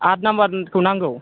आठ नाम्बारखौ नांगौ